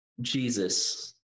Jesus